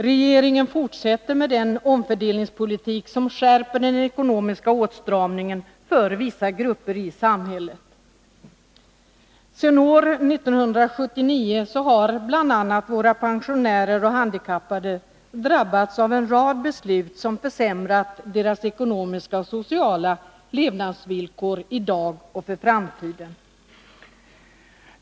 Regeringen fortsätter med den omfördelningspolitik som skärper den ekonomiska åtstramningen för vissa grupper i samhället. Sedan år 1979 har bl.a. våra pensionärer och handikappade drabbats av en rad beslut som försämrat deras ekonomiska och sociala levnadsvillkor i dag och för framtiden.